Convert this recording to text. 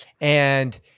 and-